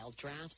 drafts